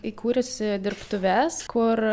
įkūrusi dirbtuves kur